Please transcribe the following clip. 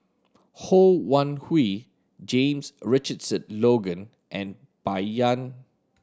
Ho Wan Hui James Richardson Logan and Bai Yan